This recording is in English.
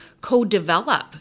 co-develop